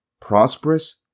prosperous